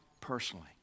personally